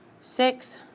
six